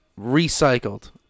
recycled